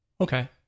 Okay